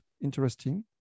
interesting